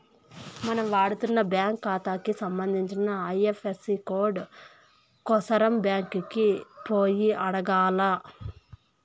మనం వాడతన్న బ్యాంకు కాతాకి సంబంధించిన ఐఎఫ్ఎసీ కోడు కోసరం బ్యాంకికి పోయి అడగాల్ల